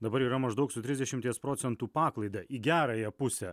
dabar yra maždaug su trisdešimties procentų paklaida į gerąją pusę